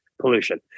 pollution